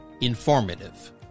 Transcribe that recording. Informative